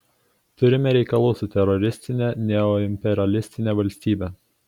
turime reikalų su teroristine neoimperialistine valstybe